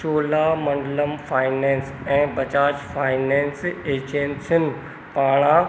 Cholamandalam finance ऐं Bajaj finance एजेंसियुनि पारां